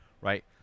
right